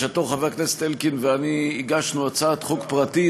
בשעתו חבר הכנסת אלקין ואני הגשנו הצעת חוק פרטית